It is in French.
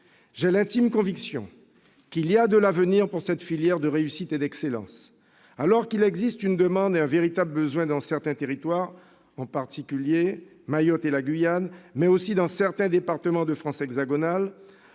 J'ai l'intime conviction que cette filière de réussite et d'excellence a de l'avenir. Alors qu'il existe une demande et un véritable besoin dans certains territoires, en particulier à Mayotte et en Guyane, mais aussi dans certains départements de la France hexagonale,